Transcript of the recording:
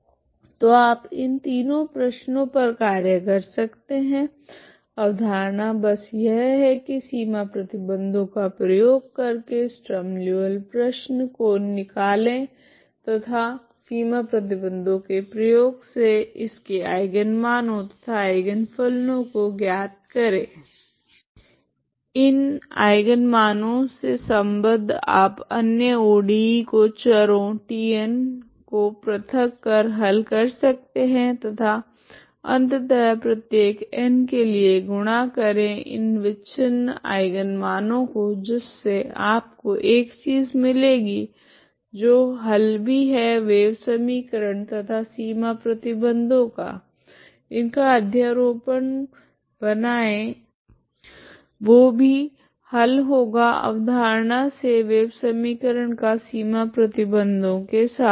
तो आप इन तीनों प्रश्नो पर कार्य कर सकते है अवधारणा बस यह है की सीमा प्रतिबंधों का प्रयोग कर के स्ट्रीम लीऔविल्ले प्रश्न को निकाले तथा सीमा प्रतिबंधों के प्रयोग से इसके आइगनमानो तथा आइगन फलनों को ज्ञात करे इन आइगनमानो से सम्बद्ध आप अन्य ODE को चरो Tn को प्रथक कर हल कर सकते है तथा अंततः प्रत्येक n के लिए गुणा करे इन विच्छिन आइगन मानो को जिससे आपको एक चीज मिलेगी जो हल भी है वेव समीकरण तथा सीमा प्रतिबंधों का इनका अध्यारोपण बनाए वो भी हल होगा अवधारणा से वेव समीकरण का सीमा प्रतिबंधों के साथ